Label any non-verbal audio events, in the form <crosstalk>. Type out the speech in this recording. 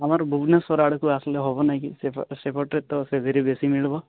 ଆମର ଭୁବନେଶ୍ୱର ଆଡ଼କୁ ଆସିଲେ ହେବ ନାହିଁ କି ସେ ସେପଟେ ତ <unintelligible> ବେଶୀ ମିଳିବ